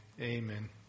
Amen